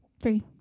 Three